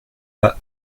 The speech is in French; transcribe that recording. pas